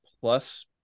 plus